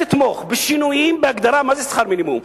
אתמוך בשינויים בהגדרה מה זה שכר מינימום.